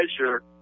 measure